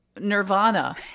nirvana